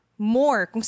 More